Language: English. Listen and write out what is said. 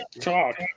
talk